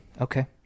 okay